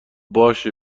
باشه